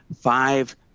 five